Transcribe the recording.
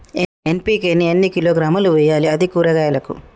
NPK ని ఎన్ని కిలోగ్రాములు వెయ్యాలి? అది కూరగాయలకు?